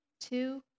two